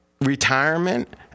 retirement